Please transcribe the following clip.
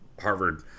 harvard